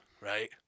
right